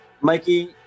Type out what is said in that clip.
Mikey